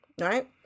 right